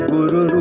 Guru